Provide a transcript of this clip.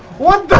what